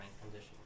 condition